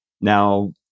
now